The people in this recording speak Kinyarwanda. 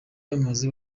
bamaze